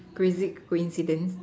crazy coincidence